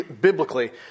biblically